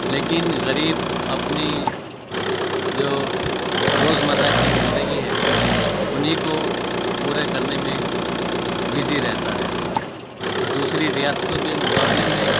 لیکن غریب اپنی جو روز مرہ کی زندگی ہے انہی کو پورا کرنے میں بزی رہتا ہے اور دوسری ریاستوں کے مقابلے میں